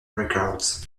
records